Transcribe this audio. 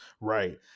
Right